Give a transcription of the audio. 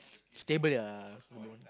stable yeah you don't